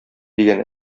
дигән